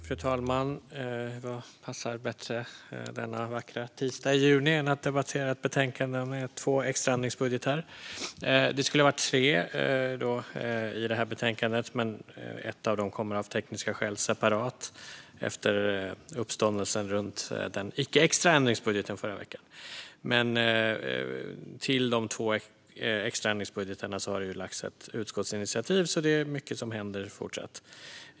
Fru talman! Vad passar väl bättre denna vackra tisdag i juni än att debattera ett betänkande om två extra ändringsbudgetar? Det skulle egentligen ha varit tre i det här betänkandet, men en av dem kommer av tekniska skäl separat efter uppståndelsen runt den icke-extra ändringsbudgeten i förra veckan. Till de två extra ändringsbudgetarna har det lagts ett förslag till utskottsinitiativ, så det är fortsatt mycket som händer.